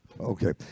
Okay